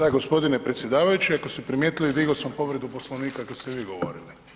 Da gospodine predsjedavajući ako ste primijetili digao sam povredu Poslovnika kad ste vi govorili.